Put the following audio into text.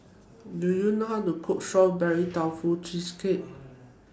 Do YOU know How to Cook Strawberry Tofu Cheesecake